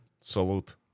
Salute